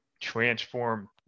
transform